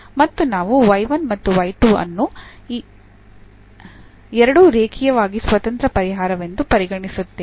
ಮತ್ತು ನಾವು y 1 ಮತ್ತು y 2 ಯನ್ನು 2 ರೇಖೀಯವಾಗಿ ಸ್ವತಂತ್ರ ಪರಿಹಾರವೆಂದು ಪರಿಗಣಿಸುತ್ತೇವೆ